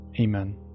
Amen